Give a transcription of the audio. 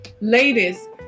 Ladies